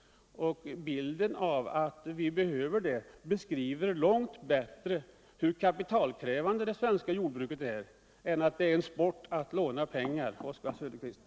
och bilden att vi har detta behov beskriver långt bättre hur kapitalkrävande det svenska Jordbruket är än att det är en sport för de svenska jordbrukarna att låna pengar. Oswald Söderqvist!